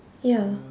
ya